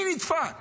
מי נדפק